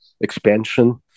expansion